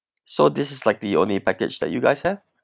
so this is like the only package that you guys have